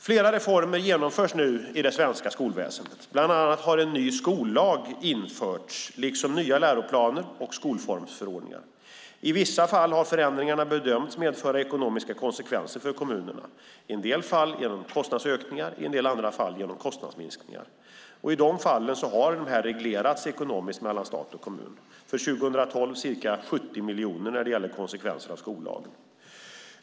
Flera reformer genomförs nu i det svenska skolväsendet; bland annat har en ny skollag införts liksom nya läroplaner och skolformsförordningar. I vissa fall har förändringarna bedömts medföra ekonomiska konsekvenser för kommunerna. I en del fall genom kostnadsökningar, i andra fall genom kostnadsminskningar. Detta har reglerats mellan stat och kommun, och för 2012 tillförs ca 70 miljoner för konsekvenser av skollagen.